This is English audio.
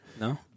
No